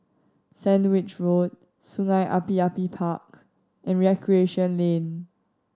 Sandwich Road Sungei Api Api Park and Recreation Lane